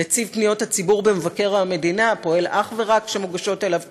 נציב פניות הציבור במשרד מבקר המדינה פועל אך ורק כשמוגשות אליו תלונות,